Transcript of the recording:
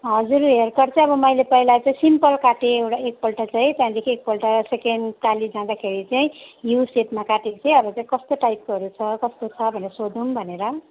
हजुर hair cut चाहिँ अब मैले पहिला चाहिँ सिम्पल काटेँ एउटा एकपल्ट चाहिँ त्यहाँदेखि एकपल्ट सेकेन्डपालि जाँदाखेरि चाहिँ यू सेपमा काटेको थिएँ अब चाहिँ कस्तो टाइपकोहरू छ कस्तो छ भनेर सोधौँ भनेर